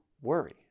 worry